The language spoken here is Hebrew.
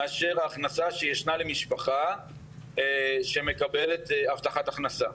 מאשר ההכנסה שישנה למשפחה שמקבלת הבטחת הכנסה.